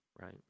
right